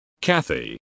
Kathy